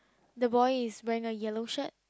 the boy is wearing a yellow shirt